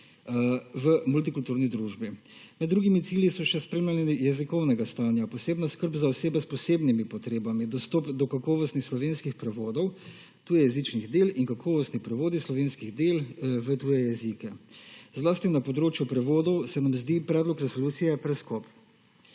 v multikulturni družbi. Med drugimi cilji so še spremljanje jezikovnega stanja, posebna skrb za osebe s posebnimi potrebami, dostop do kakovostnih slovenskih prevodov tujejezičnih del in kakovostnih prevodi slovenskih del v tuje jezike. Zlasti na področju prevodov se nam zdi predlog resolucije preskop.